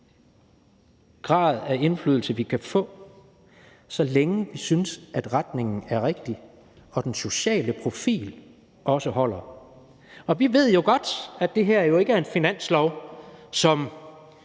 grad af indflydelse, vi kan få, så længe vi synes, at retningen er rigtig og den sociale profil også holder. Vi ved jo godt, at det her ikke er en finanslov, som